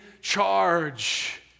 charge